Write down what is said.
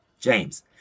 James